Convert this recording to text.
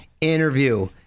interview